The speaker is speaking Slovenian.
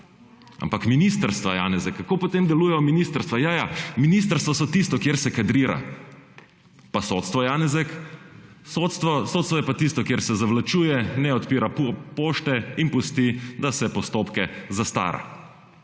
Ampak ministrstva, Janezek, kako potem delujejo ministrstva? Ja, ja, ministrstva so tisto, kjer se kadrira. Pa sodstvo, Janezek? Sodstvo je pa tisto, kjer se zavlačuje, ne odpira pošte in pusti, da se postopke zastara.